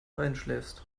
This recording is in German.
einschläfst